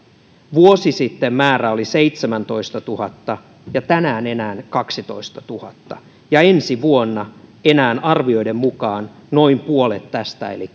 vuosi sitten määrä oli seitsemäntoistatuhatta ja tänään enää kaksitoistatuhatta ja ensi vuonna arvioiden mukaan enää noin puolet tästä eli